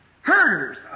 herders